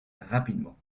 rapidement